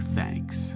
thanks